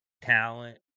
talent